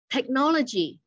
Technology